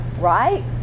right